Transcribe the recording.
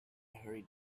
hurried